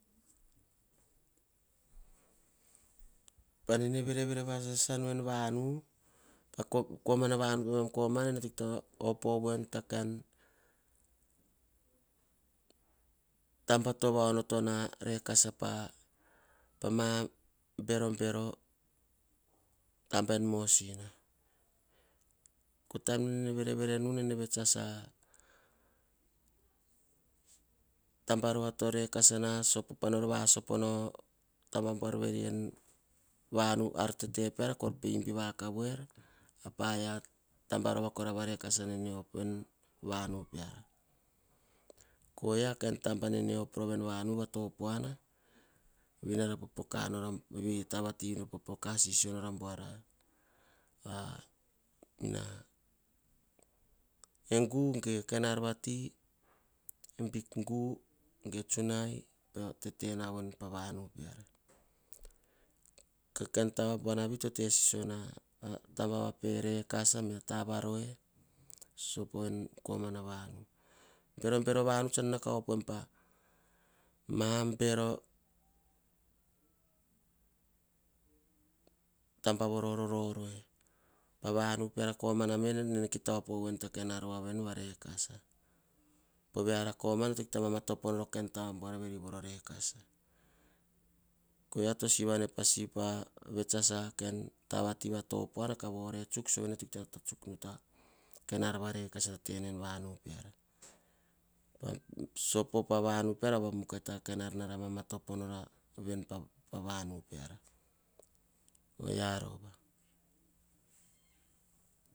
Pane vere vere vasasanu evanu, komana vanu pemam ene to kita opovoinu ta kain tara to vaonota rekas pemama berobero tara en mosina. Taim ngene vere verenu, nene vets a taba rova to rekasana. Pano vasopo nau o taba rova rekasa nene op en vanu peara ko hia kain taba rova rekasa nene va topouana. Vei nor popoka nor. Popoka sisio nor. e gu ge, kain ar vati eh big gu ge tsunai tetena von pavanu peara. Kain taba buanavi to te sisio na. Taba va pe rekasa geva pe roe en komana vanu berobero vanu tsan nau ka opoem. taba voro rurue, pa vanu koma na peara na kita op vi inu taba vare kasa po veara to kita mamatopo noro kain taba varekasa po veara to kita mamatopo noro kain tara buanavi voro rekasa. Ko yia to sivi an pa ti sivi pa vets as a taba va ti vatopuana. Sove ne to kita nata tsuk nu. Kain ar va rekesa to tena en to kita ana tsuk nu. Kain ar varekesa to tena en vanu peara sopo pa vanu nu peara mukai ta kain ar nara mamatopo nora ven pa vanu peara oyia rova.